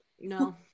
No